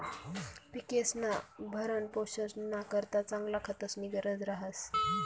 पिकेस्ना भरणपोषणना करता चांगला खतस्नी गरज रहास